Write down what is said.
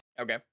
Okay